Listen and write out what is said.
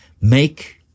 Make